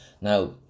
Now